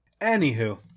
Anywho